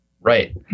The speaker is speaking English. Right